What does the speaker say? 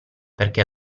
perché